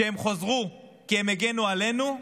כשהם יחזרו, כי הם הגנו עלינו,